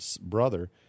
brother